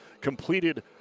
completed